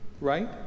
right